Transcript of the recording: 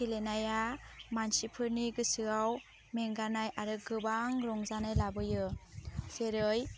गेलेनाया मानसिफोरनि गोसोयाव मेंगानाय आरो गोबां रंजानाय लाबोयो जेरै